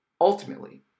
Ultimately